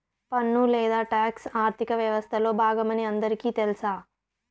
పన్ను లేదా టాక్స్ ఆర్థిక వ్యవస్తలో బాగమని అందరికీ తెల్స